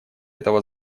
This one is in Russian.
этого